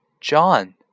John